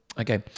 Okay